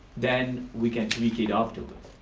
then we can tweak it afterwards.